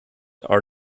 are